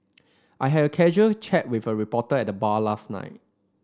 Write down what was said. I had a casual chat with a reporter at the bar last night